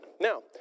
Now